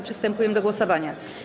Przystępujemy do głosowania.